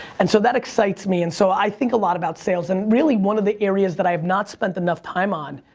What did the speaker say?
and so that excites me. and so i think a lot about sales and really one of the areas that i have not spent enough time on.